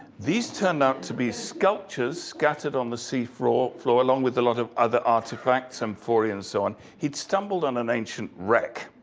these turned out to be sculptures scattered on the sea floor, along with a lot of other artifacts, amphorae and so on. he'd stumbled on an ancient wreck.